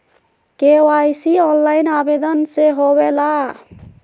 KYC online आवेदन से होवे ला?